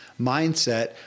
mindset